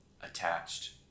attached